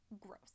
gross